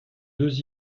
deux